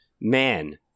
man